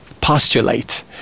postulate